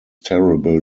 terrible